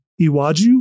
Iwaju